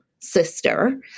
sister